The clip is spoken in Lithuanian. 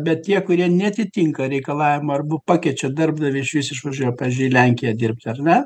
bet tie kurie neatitinka reikalavimų arba pakeičia darbdavį išvis išvažiuoja pavyzdžiui lenkiją dirbti ar ne